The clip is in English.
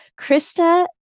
Krista